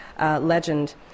legend